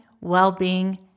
well-being